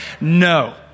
no